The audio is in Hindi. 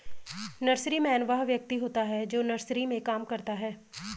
नर्सरीमैन वह व्यक्ति होता है जो नर्सरी में काम करता है